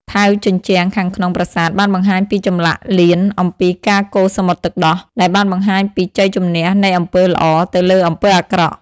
ថែវជញ្ជាំងខាងក្នុងប្រាសាទបានបង្ហាញពីចម្លាក់លៀនអំពីការកូរសមុទ្រទឹកដោះ ដែលបានបង្ហាញពីជ័យជម្នះនៃអំពើល្អទៅលើអំពើអាក្រក់។